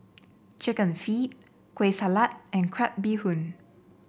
chicken feet Kueh Salat and Crab Bee Hoon